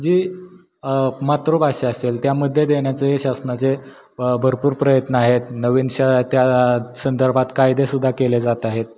जी मातृभाषा असेल त्यामध्ये देण्याचे हे शासनाचे भरपूर प्रयत्न आहेत नवीन शा त्या संदर्भात कायदेसुद्धा केले जात आहेत